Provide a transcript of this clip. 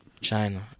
China